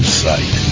sight